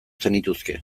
zenituzke